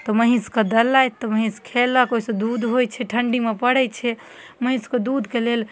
तऽ महीसके देलथि तऽ महीस खेलक ओहिसँ दूध होइ छै ठण्डीमे परै छै महीसके दूधके लेल